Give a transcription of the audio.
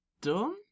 done